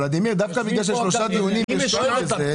דווקא בגלל שהשקעתם בזה שלושה דיונים,